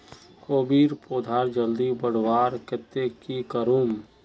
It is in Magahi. कोबीर पौधा जल्दी बढ़वार केते की करूम?